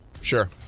Sure